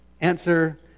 answer